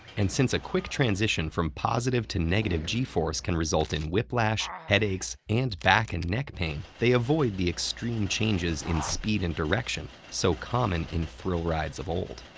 and since a quick transition from positive to negative g-force can result in whiplash ah headaches, and back and neck pain, they avoid the extreme changes in speed and direction so common in thrill rides of old.